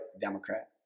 Democrat